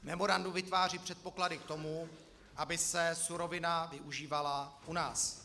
Memorandum vytváří předpoklady k tomu, aby se surovina využívala u nás.